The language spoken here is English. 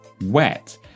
Wet